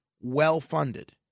well-funded